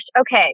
Okay